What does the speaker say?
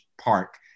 Park